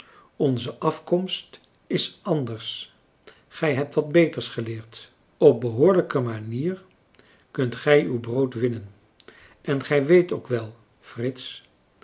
onze afkomst is anders gij hebt wat beters geleerd op behoorlijke manier kunt gij uw brood winnen en gij weet ook wel frits